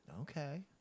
Okay